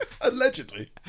Allegedly